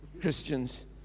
Christians